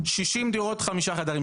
60 דירות חמישה חדרים.